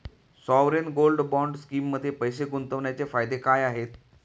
Sovereign gold bond स्कीममध्ये पैसे गुंतवण्याचे फायदे काय आहेत?